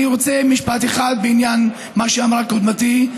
אני רוצה משפט אחד בעניין מה שאמרה קודמתי,